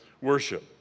worship